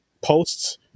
posts